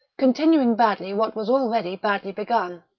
continuing badly what was already badly begun.